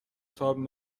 تاب